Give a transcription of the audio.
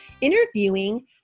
interviewing